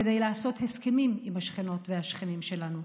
כדי לעשות הסכמים עם השכנות והשכנים שלנו,